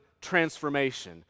transformation